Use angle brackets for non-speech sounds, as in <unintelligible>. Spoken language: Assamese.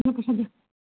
<unintelligible>